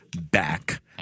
back